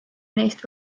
neist